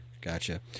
Gotcha